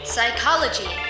Psychology